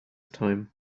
time